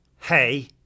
hey